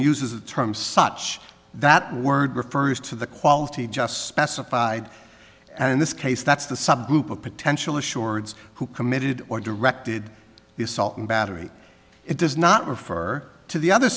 uses the term such that word refers to the quality just specified and in this case that's the subgroup of potential assured who committed or directed the assault and battery it does not refer to the other